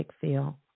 feel